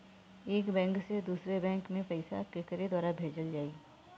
एक बैंक से दूसरे बैंक मे पैसा केकरे द्वारा भेजल जाई?